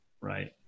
Right